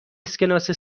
اسکناس